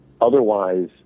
otherwise